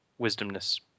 wisdomness